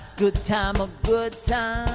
good time a good